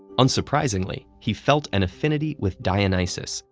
unsurprisingly, he felt an affinity with dionysus,